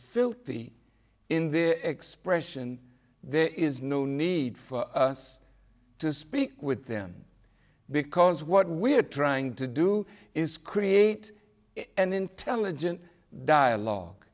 this expression there is no need for us to speak with them because what we are trying to do is create an intelligent dialogue